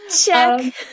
Check